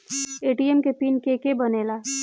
ATM के pin के के बनेला?